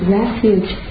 refuge